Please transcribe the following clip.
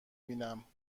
بینم